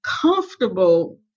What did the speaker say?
comfortable